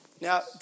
Now